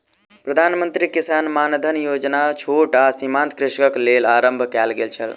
प्रधान मंत्री किसान मानधन योजना छोट आ सीमांत कृषकक लेल आरम्भ कयल गेल छल